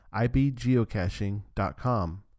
ibgeocaching.com